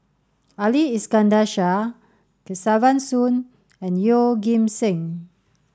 Ali Iskandar Shah Kesavan Soon and Yeoh Ghim Seng